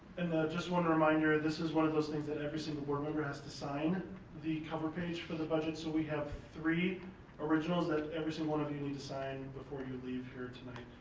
and just one reminder, this is one of those things that every single board member has to sign the cover page for the budget. so we have three originals that every single one of you need to sign before you leave here tonight,